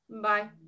bye